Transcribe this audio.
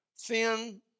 Thin